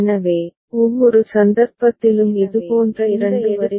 எனவே ஒவ்வொரு சந்தர்ப்பத்திலும் இதுபோன்ற இரண்டு வரிசைகள் இருக்கும்